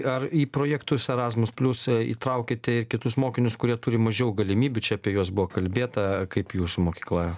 ar į projektus erasmus plius įtraukiate kitus mokinius kurie turi mažiau galimybių čia apie juos buvo kalbėta kaip jūsų mokykla